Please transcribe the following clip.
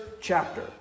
chapter